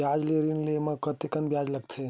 बजार ले ऋण ले म कतेकन ब्याज लगथे?